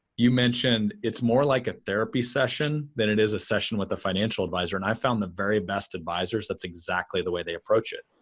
you mentioned it's more like ah therapy session than it is a session with a financial advisor and i found the very best advisors that's exactly the way they approach it.